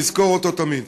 נזכור אותו תמיד.